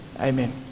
Amen